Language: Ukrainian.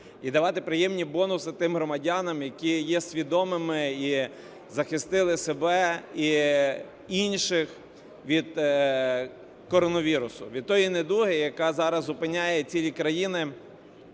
і давати приємні бонуси тим громадянам, які є свідомими і захистили себе, і інших від коронавірусу, від тієї недуги, яка зараз зупиняє цілі країни